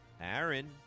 aaron